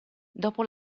dopo